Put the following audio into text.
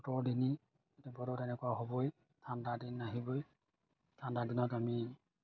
বতৰ দিন বতৰ তেনেকুৱা হ'বই ঠাণ্ডা দিন আহিবই ঠাণ্ডা দিনত আমি